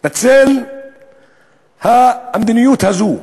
בצל המדיניות הזאת,